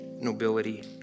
nobility